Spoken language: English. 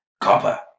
Copper